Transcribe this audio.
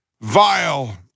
vile